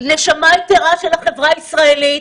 נשמה יתרה של החברה הישראלית?